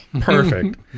perfect